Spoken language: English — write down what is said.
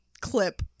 clip